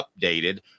updated